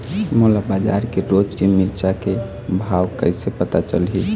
मोला बजार के रोज के मिरचा के भाव कइसे पता चलही?